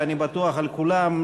ואני בטוח שלכולם,